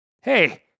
Hey